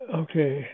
okay